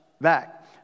back